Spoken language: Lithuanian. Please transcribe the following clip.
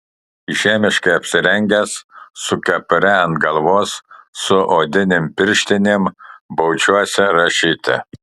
žiemiškai apsirengęs su kepure ant galvos su odinėm pirštinėm baudžiuosi rašyti